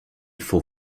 faut